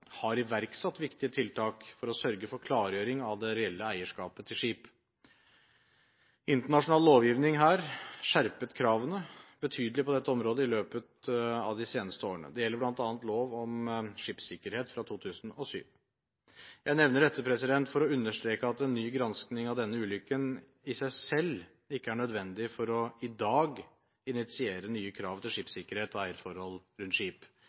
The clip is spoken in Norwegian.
har iverksatt viktige tiltak for å sørge for klargjøring av det reelle eierskapet til skip. Internasjonal lovgivning har skjerpet kravene betydelig på dette området i løpet av de seneste årene. Det gjelder bl.a. lov om skipssikkerhet fra 2007. Jeg nevner dette for å understreke at en ny gransking av denne ulykken i seg selv ikke er nødvendig for i dag å initiere nye krav til skipssikkerhet og eierforhold rundt skip.